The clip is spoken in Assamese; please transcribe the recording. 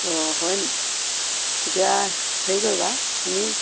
অঁ হয় নেকি তেতিয়া হেৰি কৰিবা তুমি